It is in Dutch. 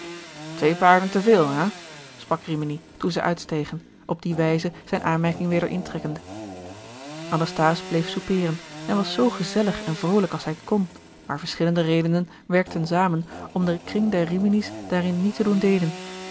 twee paarden te veel ja sprak rimini toen zij uitstegen op die wijze zijne aanmerking weder intrekkende anasthase bleef soupeeren en was zoo gezellig en vroolijk als hij kon maar verschillende redenen werkten zamen om den kring der rimini's daarin niet te doen deelen